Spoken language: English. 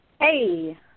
Hey